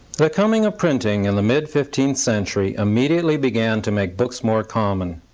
the coming of printing in the mid fifteenth century immediately began to make books more common.